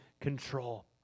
control